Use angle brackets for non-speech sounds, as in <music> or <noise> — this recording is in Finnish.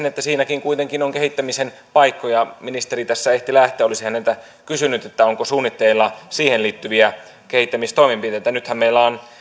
<unintelligible> että siinä kuitenkin on kehittämisen paikkoja ministeri tässä ehti lähteä olisin häneltä kysynyt onko suunnitteilla siihen liittyviä kehittämistoimenpiteitä nythän meillä on